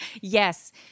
yes